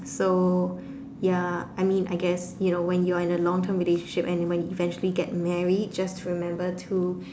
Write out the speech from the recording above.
so ya I mean I guess when you're in a long term relationship and when you eventually get married just to remember to